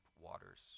waters